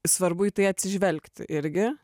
svarbu į tai atsižvelgti irgi